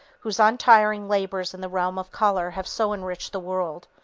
whose untiring labors in the realm of color have so enriched the world,